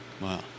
Wow